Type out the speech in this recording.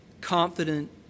confident